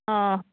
ହଁ